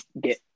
get